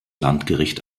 landgericht